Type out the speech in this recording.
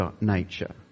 nature